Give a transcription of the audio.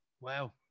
Wow